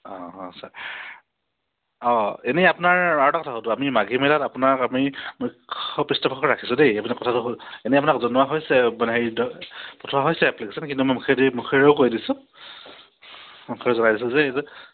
অঁ ছাৰ অঁ এনেই আপোনাৰ আৰু এটা কথা সুধো আমি মাঘী মেলাত আপোনাক আমি ৰাখিছোঁ দেই আপুনি কথাটো হ'ল এনেই আপোনাক জনোৱা হৈছে মানে পঠোৱা হৈছে এপ্লিকেশ্যনখন কিন্তু মই মুখে মুখেৰেও কৈ দিছোঁ মুখেৰে জনাই দিছোঁ যে এই যে